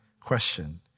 question